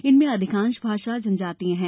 इनमें अधिकांश भाषा जनजातिय है